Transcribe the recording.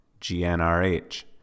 GnRH